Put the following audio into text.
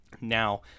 Now